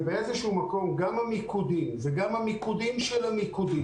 באיזשהו מקום גם המיקודים וגם המיקודים של המיקודים